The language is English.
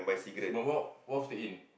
officer stay in